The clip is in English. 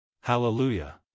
Hallelujah